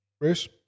Bruce